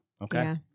okay